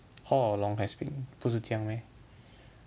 all along has been 不是这样 meh